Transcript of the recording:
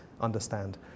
understand